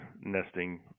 nesting